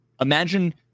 imagine